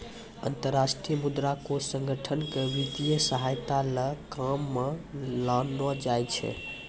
अन्तर्राष्ट्रीय मुद्रा कोष संगठन क वित्तीय सहायता ल काम म लानलो जाय छै